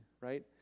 right